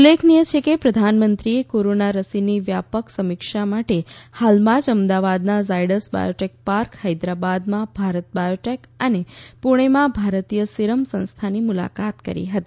ઉલ્લેખનીય છે કે પ્રધાનમંત્રીએ કોરોના રસીની વ્યાપક સમીક્ષા માટે હાલમાં જ અમદાવાદના ઝાયડસ બાયોટેક પાર્ક હૈદરાબાદમાં ભારત બાયોટેક અને પૂણેમાં ભારતીય સીરમ સંસ્થાની મુલાકાત કરી હતી